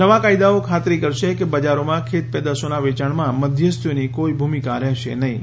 નવા કાયદાઓ ખાતરી કરશે કે બજારોમાં ખેતપેદાશોના વેચાણમાં મધ્યસ્થીઓની કોઈ ભૂમિકા રહેશે નહીં